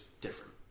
different